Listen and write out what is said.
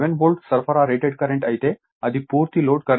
కాబట్టి ఇది 11 వోల్ట్ సరఫరా రేటెడ్ కరెంట్ అయితే అది పూర్తి లోడ్ కరెంట్ 2